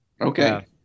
Okay